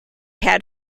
had